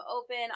open